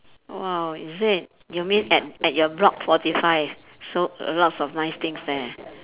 !wow! is it you mean at at your block forty five so lots of nice things there